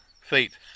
feet